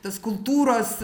tas kultūros